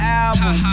album